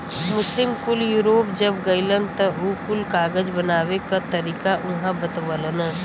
मुस्लिम कुल यूरोप जब गइलन त उ कुल कागज बनावे क तरीका उहाँ बतवलन